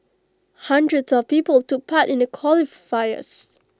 hundreds of people took part in the qualifiers